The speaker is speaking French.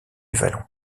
vallon